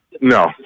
No